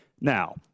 Now